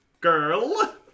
Girl